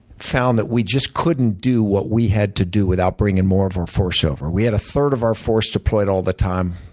found that we just couldn't do what we had to do without bringing more of our force over. we had a third of our force deployed all the time,